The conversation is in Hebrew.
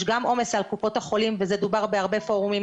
יש גם עומס על קופות החולים וזה דובר בהרבה פורומים